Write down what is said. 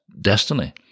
destiny